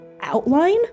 outline